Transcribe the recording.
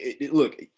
look